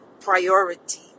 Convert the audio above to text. priority